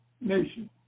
nation